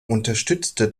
unterstützte